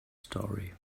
story